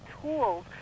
tools